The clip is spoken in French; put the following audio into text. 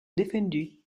défendus